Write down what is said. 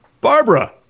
Barbara